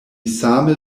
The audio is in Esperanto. same